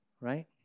right